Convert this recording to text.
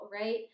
right